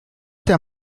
der